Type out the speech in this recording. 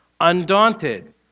Undaunted